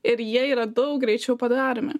ir jie yra daug greičiau padaromi